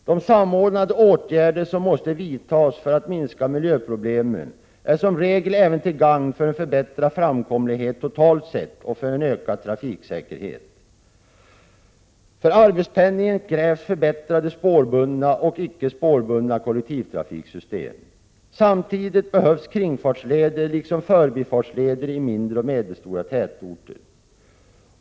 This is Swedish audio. De samordnade åtgärder som måste vidtas för att minska miljöproblemen är som regel även till gagn för en förbättrad framkomlighet totalt sett och för en ökad trafiksäkerhet. För arbetspendlingen krävs förbättrade spårbundna och icke spårbundna kollektivtrafiksystem. Samtidigt behövs kringfartsleder liksom förbifartsleder i mindre och medelstora tätorter.